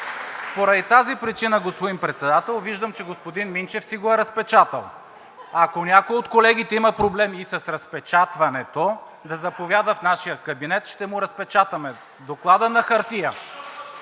Поради тази причина, господин Председател, виждам, че господин Минчев си го е разпечатал. Ако някой от колегите има проблеми с разпечатването, да заповяда в нашия кабинет, ще му разпечатаме Доклада на хартия.